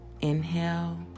Inhale